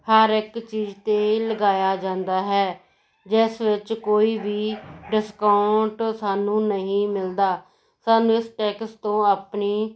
ਹਰ ਇੱਕ ਚੀਜ਼ 'ਤੇ ਲਗਾਇਆ ਜਾਂਦਾ ਹੈ ਜਿਸ ਵਿੱਚ ਕੋਈ ਵੀ ਡਿਸਕਾਊਂਟ ਸਾਨੂੰ ਨਹੀਂ ਮਿਲਦਾ ਸਾਨੂੰ ਇਸ ਟੈਕਸ ਤੋਂ ਆਪਣੀ